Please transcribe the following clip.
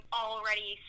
already